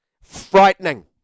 Frightening